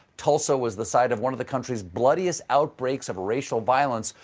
tulsa was the site of one of the country's bloodiest outbreaks of racial violence,